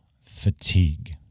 fatigue